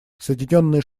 соединенные